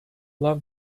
love